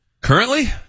Currently